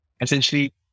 essentially